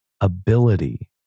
ability